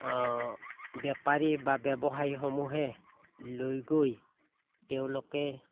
বেপাৰী বা ব্যৱসায়ীসমূহে লৈ গৈ তেওঁলোকে